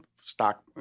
stock